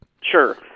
Sure